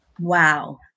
Wow